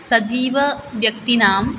सजीव व्यक्तीनां